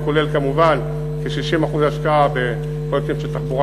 שכולל כמובן כ-60% השקעה בפרויקטים של תחבורה